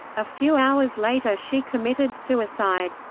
a few hours later she committed suicide.